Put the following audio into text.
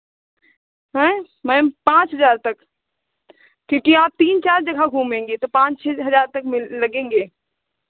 हायें मैम पाँच हज़ार तक क्योंकि आप तीन चार जगह घूमेंगे तो पाँच छः हज़ार तक लगेंगे